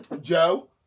Joe